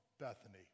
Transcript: Bethany